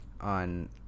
on